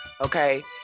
Okay